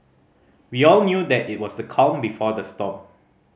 we all knew that it was the calm before the storm